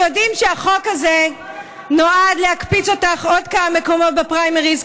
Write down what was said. אנחנו יודעים שהחוק הזה נועד להקפיץ אותך עוד כמה מקומות בפריימריז.